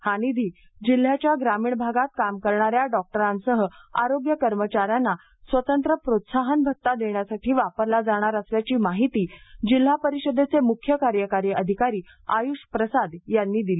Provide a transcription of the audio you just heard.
हा निधी जिल्ह्याच्या ग्रामीण भागात काम करणाऱ्या डॉक्टरांसह आरोग्य कर्मचाऱ्यांना स्वतंत्र प्रोत्साहन भत्ता देण्यासाठी वापरला जाणार असल्याची माहिती जिल्हा परिषदेचे मुख्य कार्यकारी अधिकारी आयुष प्रसाद यांनी दिली